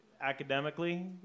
academically